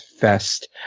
fest